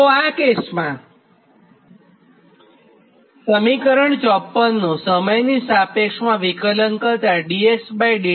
તો આ કેસમાં સમીકરણ 54 નું સમયની સાપેક્ષમાં વિકલન કરતાં dxdt મળે